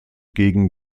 gegen